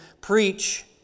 preach